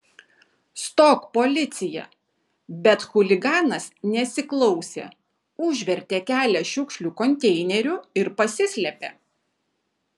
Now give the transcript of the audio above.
stok policija bet chuliganas nesiklausė užvertė kelią šiukšlių konteineriu ir pasislėpė